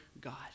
God